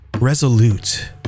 resolute